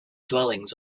dwellings